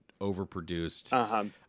overproduced